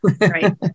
Right